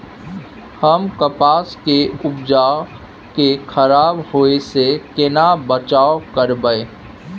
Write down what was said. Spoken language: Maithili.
हम कपास के उपज के खराब होय से केना बचाव करबै?